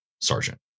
sergeant